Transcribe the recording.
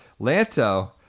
Lanto